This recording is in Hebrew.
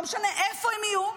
לא משנה איפה הם יהיו,